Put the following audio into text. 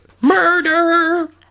Murder